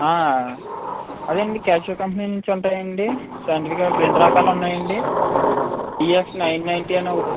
అదేనండి Casio company నుంచి ఉంటాయండి సైంటిఫిక్ కాలిక్యులేటర్ రెండు రకాలు ఉన్నాయండి ఈఎక్స్ నైన్ నైంటీ అని ఒకటి